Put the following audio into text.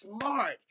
smart